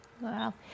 Wow